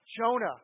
Jonah